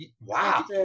wow